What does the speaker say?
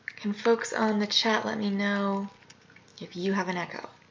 can folks on the chat let me know if you have an echo?